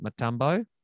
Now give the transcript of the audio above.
Matumbo